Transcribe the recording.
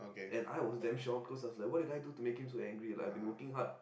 and I was damn shocked cause I was like what did I do to make him so angry like I have been working hard